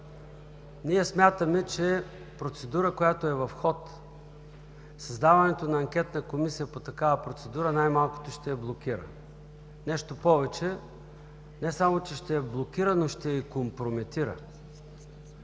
ние смятаме, че процедура, която е в ход, създаването на анкетна комисия по такава процедура най-малкото ще я блокира. Нещо повече, не само, че ще я блокира, но ще я и компрометира.